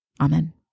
Amen